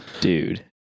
Dude